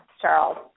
Charles